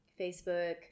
facebook